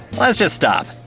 let's just stop.